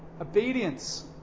obedience